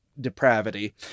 depravity